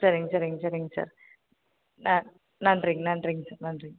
சரிங்க சரிங்க சரிங்க சார் ஆ நன்றிங்க நன்றிங்க சார் நன்றிங்க